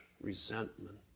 resentment